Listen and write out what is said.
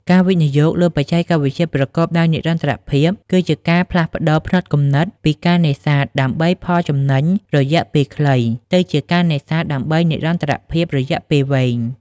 ការវិនិយោគលើបច្ចេកវិទ្យាប្រកបដោយនិរន្តរភាព គឺជាការផ្លាស់ប្តូរផ្នត់គំនិតពីការនេសាទដើម្បីផលចំណេញរយៈពេលខ្លី ទៅជាការនេសាទដើម្បីនិរន្តរភាពរយៈពេលវែង។